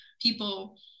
people